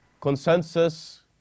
consensus